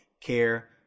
care